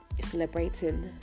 celebrating